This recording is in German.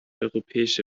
europäische